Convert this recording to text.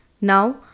Now